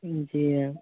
जी हाँ